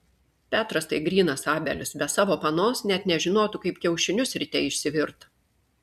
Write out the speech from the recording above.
petras tai grynas abelis be savo panos net nežinotų kaip kiaušinius ryte išsivirt